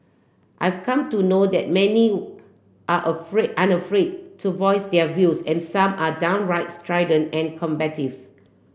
I've come to know that many are afraid unafraid to voice their views and some are downright strident and combative